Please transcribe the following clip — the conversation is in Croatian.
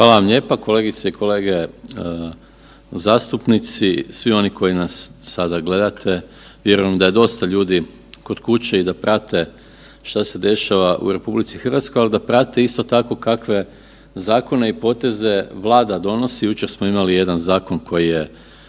Hvala vam lijepa kolegice i kolege zastupnici. Svi oni koji nas sada gledate, vjerujem da je dosta ljudi kod kuće i da prate što se dešava u RH, ali i da prate isto tako, kakve zakone i poteze Vlada donosi. Jučer smo imali jedan zakon koji je